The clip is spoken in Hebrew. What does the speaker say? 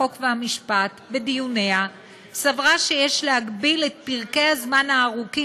חוק ומשפט בדיוניה סברה שיש להגביל את פרקי הזמן הארוכים